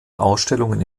ausstellungen